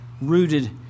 rooted